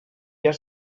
has